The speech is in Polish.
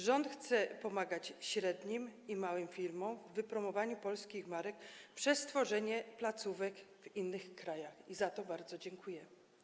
Rząd chce pomagać średnim i małym firmom w wypromowaniu polskich marek przez stworzenie placówek w innych krajach i za to bardzo dziękuję.